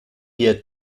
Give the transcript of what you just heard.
year